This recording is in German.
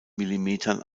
millimetern